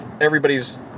everybody's